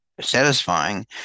satisfying